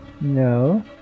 No